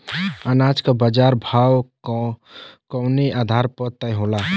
अनाज क बाजार भाव कवने आधार पर तय होला?